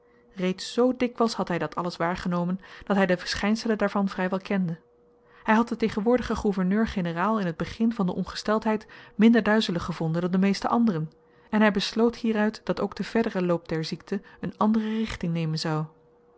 reeds z dikwyls had hy dat alles waargenomen dat hy de verschynselen daarvan vry wel kende hy had den tegenwoordigen gouverneur-generaal in t begin van de ongesteldheid minder duizelig gevonden dan de meeste anderen en hy besloot hieruit dat ook de verdere loop der ziekte een andere richting nemen zou